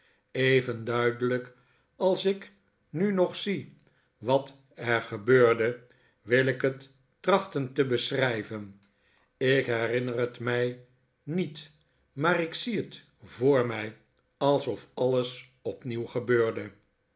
even duidelijk als ik nu nog zie wat er gebeurde wil ik het trachten te beschrijven ik herinner het mij niet maar ik zie het voor mij alsof alles opnieuw gebeurde